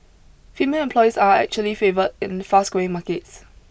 female employees are actually favoured in fast growing markets